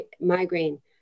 migraine